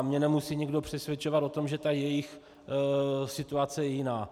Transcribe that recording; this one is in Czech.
Mě nemusí nikdo přesvědčovat o tom, že jejich situace je jiná.